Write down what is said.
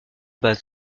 base